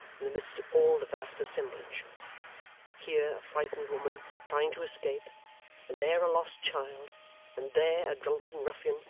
in the midst of all the vast assemblage here a frightened woman trying to escape and there a lost child and there a drunken ruffian,